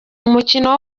umukino